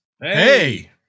Hey